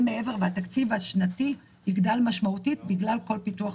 מעבר והתקציב השנתי יגדל משמעותית בגלל כל פיתוח